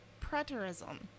preterism